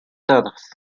todos